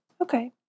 Okay